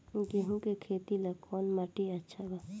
गेहूं के खेती ला कौन माटी अच्छा बा?